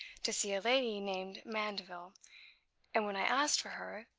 to see a lady named mandeville and, when i asked for her,